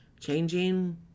changing